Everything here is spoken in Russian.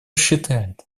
считает